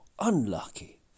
unlucky